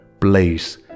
place